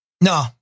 no